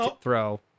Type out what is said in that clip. throw